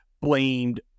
blamed